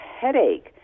headache